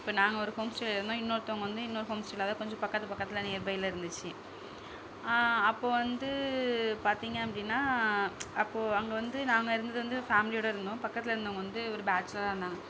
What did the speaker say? இப்போ நாங்கள் ஒரு ஹோம் ஸ்டேயில் இருந்தோம் இன்னொருத்தவங்க வந்து இன்னோரு ஹோம் ஸ்டேயில் அதாவது கொஞ்சம் பக்கத்து பக்கத்தில் நியர்பையில் இருந்துச்சு அப்போ வந்து பார்த்தீங்க அப்படின்னா அப்போது அங்கே வந்து நாங்கள் இருந்தது வந்து ஃபேமிலியோடு இருந்தோம் பக்கத்தில் இருந்தவங்க வந்து ஒரு பேச்சுலராக இருந்தாங்க